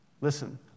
Listen